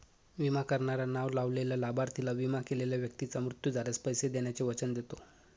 विमा करणारा नाव लावलेल्या लाभार्थीला, विमा केलेल्या व्यक्तीचा मृत्यू झाल्यास, पैसे देण्याचे वचन देतो